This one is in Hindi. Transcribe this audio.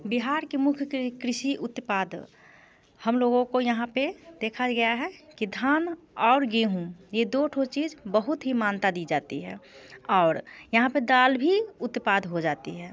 बिहार के मुख्य कृषि उत्पाद हम लोगों को यहाँ पे देखा गया है कि धान और गेहूँ ये दो ठो चीज बहुत ही मानता दी जाती है और यहाँ पे दाल भी उत्पाद हो जाती है